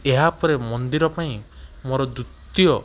ଏହାପରେ ମନ୍ଦିରପାଇଁ ମୋର ଦ୍ୱିତୀୟ